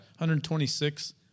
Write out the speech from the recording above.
126